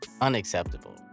Unacceptable